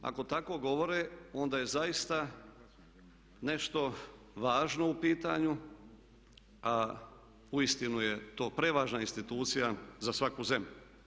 Ako tako govore onda je zaista nešto važno u pitanju a uistinu je to prevažna institucija za svaku zemlju.